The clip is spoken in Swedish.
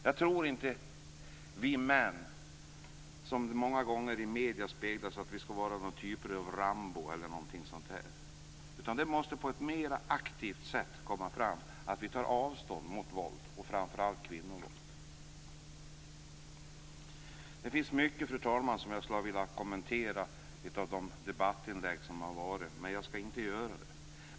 Jag tror att vi män, som många gånger i medierna speglas som någon typ av Rambo eller liknande, på ett mer aktivt sätt måste visa att vi tar avstånd från våld och framför allt kvinnovåld. Det är, fru talman, många av de debattinlägg som har varit som jag skulle vilja kommentera, men jag skall inte göra det.